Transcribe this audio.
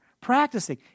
practicing